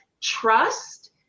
trust